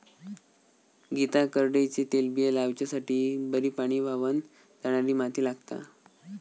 गीता करडईचे तेलबिये लावच्यासाठी बरी पाणी व्हावन जाणारी माती लागता